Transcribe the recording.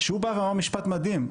שהוא אמר משפט מדהים.